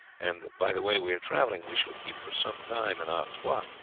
and by the way we are travelling we shall keep for some time in artois,